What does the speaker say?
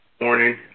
morning